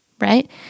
right